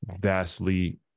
vastly